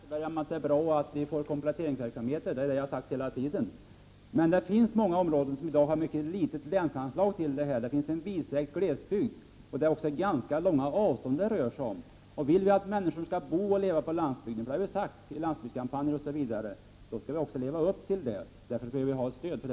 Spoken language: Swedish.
Fru talman! Jag håller med Per Westerberg om att det är bra att vi får kompletteringsverksamheter. Det har jag sagt hela tiden. Många områden har dock i dag mycket låga länsanslag för detta. Vårt land har en vidsträckt glesbygd, och det rör sig om ganska stora avstånd. Vill vi att människor skall bo och leva på landsbygden — vilket vi bl.a. har sagt i landsbygdskampanjen — måste vi också vidta åtgärder. Det behövs ett stöd.